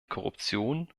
korruption